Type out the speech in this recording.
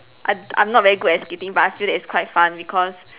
I I'm not very good at skating but I feel that it's quite fun because